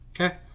Okay